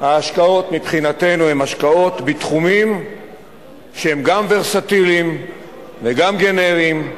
ההשקעות מבחינתנו הן השקעות בתחומים שהם גם ורסטיליים וגם גנריים.